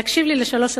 להקשיב לי לשלוש הצעות,